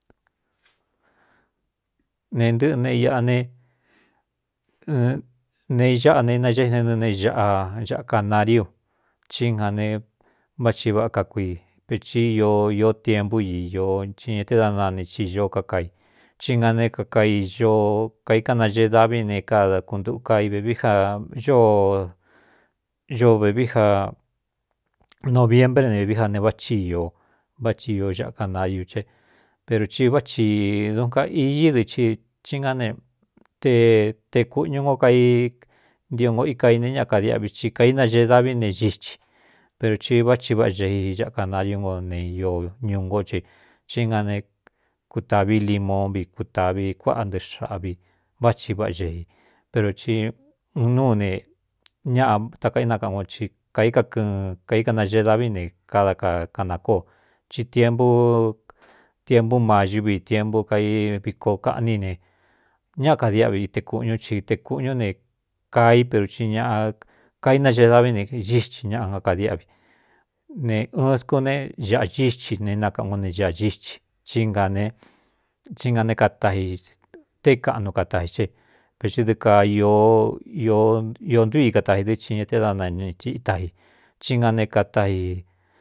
Ne ntɨꞌɨ ne iꞌa ne ne iñáꞌa ne inaéi ne ɨ ne aꞌa ñaꞌkanariu chí nja ne vá thi váꞌá ka kui pēti ī ī tiempú io i ña te dá nane i ño kakai í na né ao kaí kaꞌnaee daví ne kadakuntuka i vēvií ja ñoo ño vēvií ja noviembré ne vvií ja ne váꞌ chi īo váthi iō ñaꞌ kanariu ce pero ti vá thi dun ka iñí dɨxi i ná ne te te kūꞌñu ngo kai ntiuꞌungo i kaine ñaꞌa kadiꞌví i kaínañee daví ne gítsi pero ti vá thi váꞌa xejii aꞌa kanariú no ne ñūꞌngo che í na né kutāví limon vi kutāvi kuáꞌá ntɨꞌɨ xáꞌvi vá thi váꞌa xeji pero i uun núu ne ñaꞌa takaínakaꞌan o cɨ kaíkakɨɨn kaíkanaxee davi ne kada akaꞌnakóo ci teputiempú ma ñúvi tiempu kaviko kaꞌní ne ñáꞌa kadiáꞌvi i te kūꞌñū i te kūꞌñú ne kaaí pero i ñaꞌa kaínaee daví ne xíti ñaꞌa á kadiáꞌvi ne ɨɨn skún ne ñaꞌa ñítsi ne nakaꞌán u ne ñaꞌa gítsi āí nga né kataji té kaꞌnu katāji ce pexií dɨɨ kaa iō ntuí i katai dɨ́ ci ña teé da naitaji cí nga né kātáji.